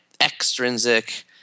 extrinsic